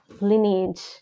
lineage